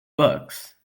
books